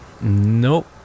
Nope